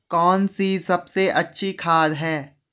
कौन सी सबसे अच्छी खाद है?